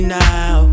now